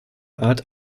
art